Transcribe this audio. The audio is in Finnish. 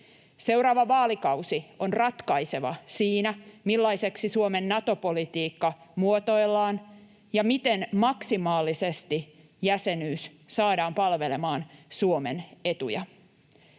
Seuraava vaalikausi on ratkaiseva siinä, millaiseksi Suomen Nato-politiikka muotoillaan ja miten maksimaalisesti jäsenyys saadaan palvelemaan Suomen etuja.